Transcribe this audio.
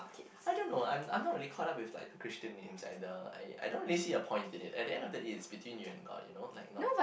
I don't know I'm I'm not really caught up with the Christian name either I I don't really see a point in it at the end of the day is between you and god you know like not